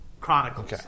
Chronicles